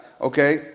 okay